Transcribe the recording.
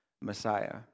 Messiah